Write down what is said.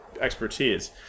expertise